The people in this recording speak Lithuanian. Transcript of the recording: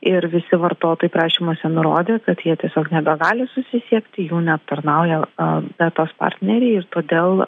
ir visi vartotojai prašymuose nurodė kad jie tiesiog nebegali susisiekti jų neaptarnauja a betos partneriai ir todėl